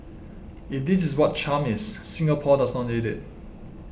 if this is what charm is Singapore does not need it